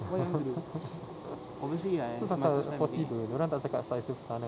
itu pasal forty itu dia orang tak cakap size itu besar mana